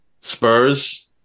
Spurs